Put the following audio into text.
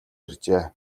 иржээ